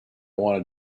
want